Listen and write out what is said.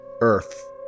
Earth